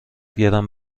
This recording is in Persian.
گرم